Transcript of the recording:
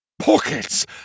Pockets